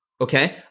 okay